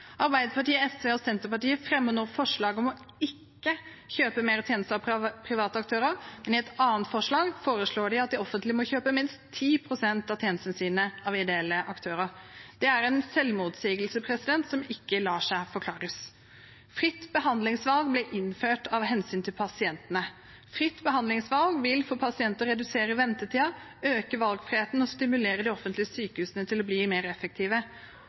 Arbeiderpartiet, SV og Senterpartiet fremmer nå forslag om ikke å kjøpe flere tjenester av private aktører, men i et annet forslag foreslår de at det offentlige må kjøpe minst 10 pst. av tjenestene sine av ideelle aktører. Det er en selvmotsigelse som ikke lar seg forklare. Fritt behandlingsvalg ble innført av hensyn til pasientene. Fritt behandlingsvalg vil for pasienter redusere ventetiden, øke valgfriheten og stimulere de offentlige sykehusene til å bli mer effektive.